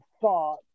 thought